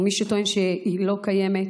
מי שטוען שהיא לא קיימת,